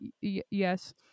yes